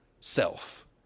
self